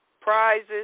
prizes